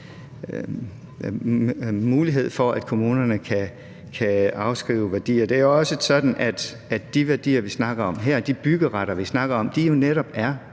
mulighed for, at kommunerne kan afskrive værdier. Det er sådan, at de værdier, vi snakker om her, og de byggeretter, vi snakker om, jo netop er